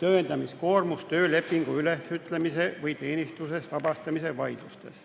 tõendamiskoormus töölepingu ülesütlemise või teenistusest vabastamise vaidlustes.